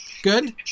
Good